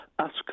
ask